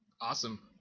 Awesome